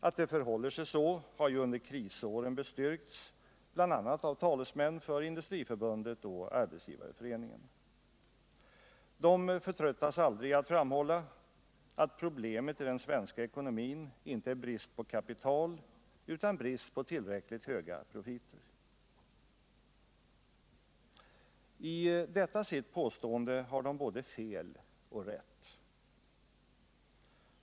Att det förhåller sig så har ju under krisåren bestyrkts av bl.a. talesmän för Industriförbundet och Arbetsgivareföreningen. De förtröttas aldrig i att framhålla att problemet i den svenska ekonomin inte är brist på kapital, utan brist på tillräckligt höga profiter. I detta sitt påstående har de både fel och rätt.